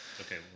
Okay